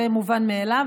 זה מובן מאליו,